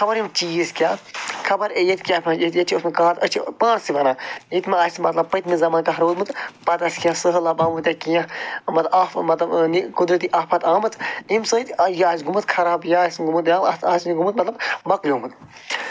خبر یِم چیٖز کیٛاہ خبر ییٚتہِ کیٛاہ ییٚتہِ ییٚتہِ چھِ اوسمُت قحط أسۍ چھِ پانسٕے وَنان ییٚتہِ مَہ آسہِ مطلب پٔتۍمہِ زمانہٕ کانٛہہ روٗدمُت پَتہٕ آسہِ کیٚنٛہہ سہلاب آمُت یا کیٚنٛہہ مطلب مطلب نہِ قدرتی آفَت آمٕژ اَمہِ سۭتۍ یہِ آسہِ گوٚمُت خراب یا آسہِ گوٚمُت اَتھ آسہِ یہِ گوٚمُت مطلب مَکلیومُت